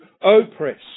oppress